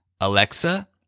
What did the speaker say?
Alexa